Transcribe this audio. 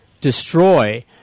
destroy